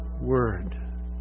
word